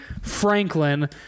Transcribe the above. Franklin